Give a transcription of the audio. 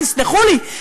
ותסלחו לי,